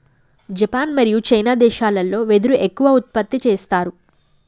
Japan మరియు China దేశాలల్లో వెదురు ఎక్కువ ఉత్పత్తి చేస్తారు